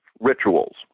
rituals